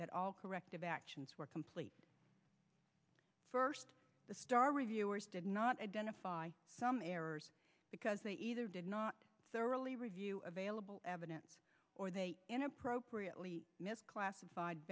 that all corrective actions were completed first the star reviewers did not identify some errors because they either did not thoroughly review available evidence or they in appropriately classified